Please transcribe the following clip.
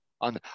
on